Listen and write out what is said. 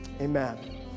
Amen